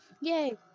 Yay